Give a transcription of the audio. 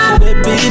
baby